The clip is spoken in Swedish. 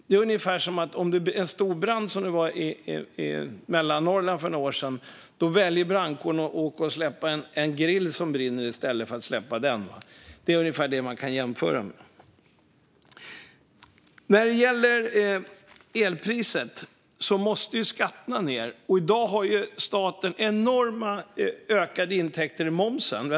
Det är ungefär som att brandkåren skulle åka och släcka en grill i stället för en stor skogsbrand. När det gäller elpriset måste skatterna ned. I dag ökar statens intäkter från moms enormt.